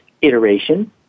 iteration